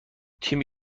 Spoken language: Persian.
تیمی